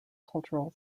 cultural